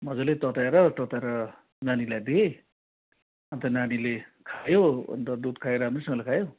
मजाले तताएर तताएर नानीहरूलाई दिए अन्त नानीले खायो अन्त दुध खायो राम्रो सँगले खायो